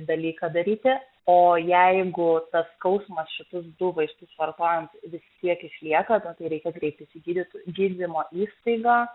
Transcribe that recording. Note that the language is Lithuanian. dalyką daryti o jeigu tas skausmas šitus du vaistus vartojant vis tiek išlieka na tai reikia kreiptis į gydytoją į gydymo įstaigą